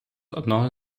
одного